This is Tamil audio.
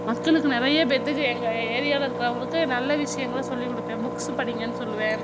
மக்களுக்கு நிறைய பேத்துக்கு எங்கள் ஏரியாவில் இருக்கிறவங்களுக்கு நல்ல விஷயங்கள சொல்லிக்கொடுப்பேன் புக்ஸு படிங்கன்னு சொல்லுவேன்